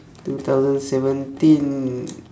two thousand seventeen